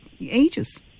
ages